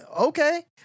okay